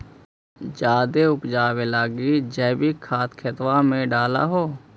जायदे उपजाबे लगी जैवीक खाद खेतबा मे डाल हो?